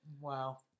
Wow